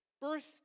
Birth